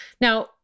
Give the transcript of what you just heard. Now